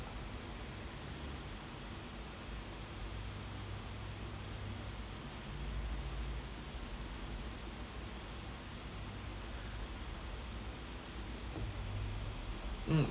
mm